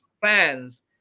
Fans